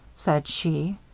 said she.